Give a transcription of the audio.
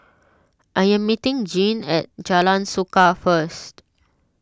I am meeting Gene at Jalan Suka first